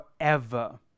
forever